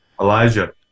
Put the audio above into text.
Elijah